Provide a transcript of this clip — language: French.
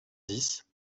dix